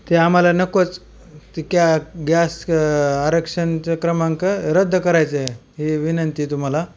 ते आम्हाला नकोच तर कॅ गॅस आरक्षणचं क्रमांक रद्द करायचं आहे ही विनंती तुम्हाला